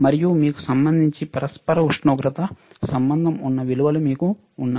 మరియు మీకు సంబంధించి పరస్పర ఉష్ణోగ్రత సంబంధం ఉన్న విలువలు మీకు ఉన్నాయి